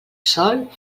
sol